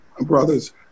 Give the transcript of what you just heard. brother's